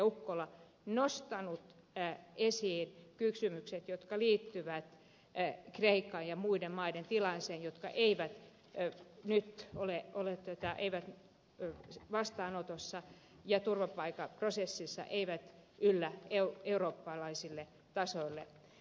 ukkola nostanut esiin kysymykset jotka liittyvät kreikan ja niiden muiden maiden tilanteeseen jotka eivät nyt ole vastaanotossa ja turvapaikkaprosessissa eivät yllä eurooppalaiselle tasolle